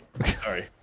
Sorry